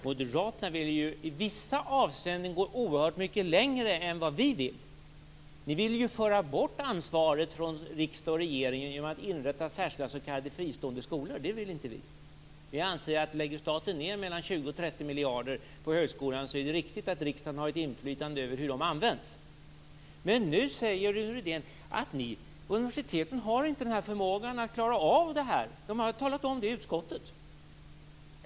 Moderaterna vill ju i vissa avseenden gå oerhört mycket längre än vad vi vill. Ni ville ju föra bort ansvaret från riksdag och regering genom att inrätta särskilda s.k. fristående skolor. Det ville inte vi. Om staten lägger ned mellan 20 och 30 miljarder på högskolan menar vi att det är riktigt att riksdagen har ett inflytande över hur pengarna används. Nu säger Rune Rydén att universiteten har talat om för utskottet att de inte har förmågan att klara av det här.